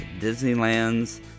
Disneyland's